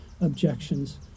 objections